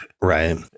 Right